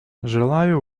желаю